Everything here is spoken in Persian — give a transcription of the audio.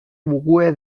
وقوع